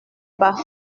bas